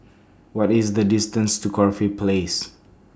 What IS The distance to Corfe Place